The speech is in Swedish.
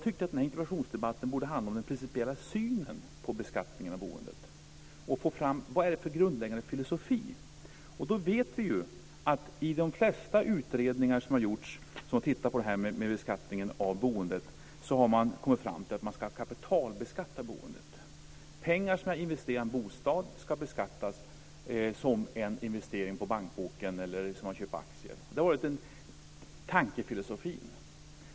Denna interpellationsdebatt borde handla om den principiella synen på beskattningen av boendet. Jag vill få fram den grundläggande filosofin. I de flesta utredningar som har gjorts av beskattningen av boendet har man kommit fram till att boendet ska kapitalbeskattas. Pengar som investeras i en bostad ska beskattas som pengar på en bankbok eller aktier. Det har varit tankefilosofin.